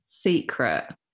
secret